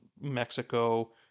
Mexico